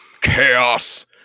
chaos